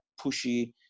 pushy